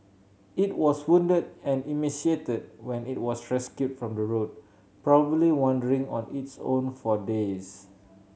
it was wounded and emaciated when it was rescued from the road probably wandering on its own for days